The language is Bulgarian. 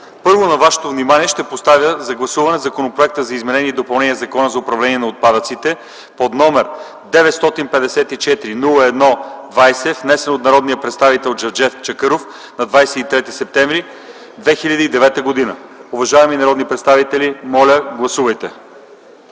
Първо, на вашето внимание ще поставя на гласуване Законопроект за изменение и допълнение на Закона за управление на отпадъците, № 954-01-20, внесен от народния представител Джевдет Чакъров на 23 септември 2009 г. Уважаеми народни представители, моля, гласувайте.